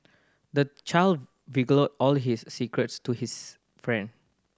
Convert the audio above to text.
the child all his secrets to his friend